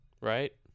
Right